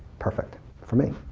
perfect for me.